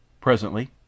Presently